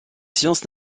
sciences